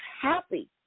happy